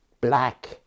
black